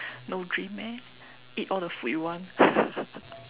no dream eh eat all the food you want